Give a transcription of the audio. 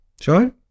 sure